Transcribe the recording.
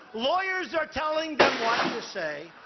lawyers are telling them what to say.